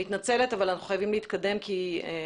אני מתנצלת, אבל אנחנו חייבים להתקדם כי עוד